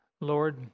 Lord